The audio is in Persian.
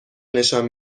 نشان